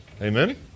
Amen